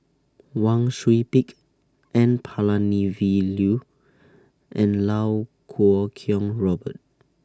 Wang Sui Pick N Palanivelu and Lau Kuo Kwong Robert